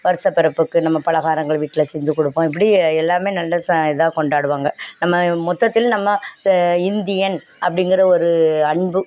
வருஷப் பிறப்புக்கு நம்ம பலகாரங்கள் வீட்டில் செஞ்சி கொடுப்போம் இப்படி எல்லாமே நல்ல ச இதாக கொண்டாடுவாங்க நம்ம மொத்தத்தில் நம்ம இப்போ இந்தியன் அப்படிங்கற ஒரு அன்பு